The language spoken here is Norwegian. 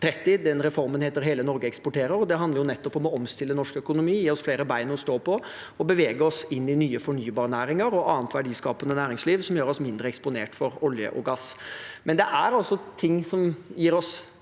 Den reformen heter Hele Norge eksporterer. Det handler om å omstille norsk økonomi, gi oss flere ben å stå på og bevege oss inn i nye fornybarnæringer og annet verdiskapende næringsliv, som gjør oss mindre eksponert for olje og gass. Det er også tegn som gir oss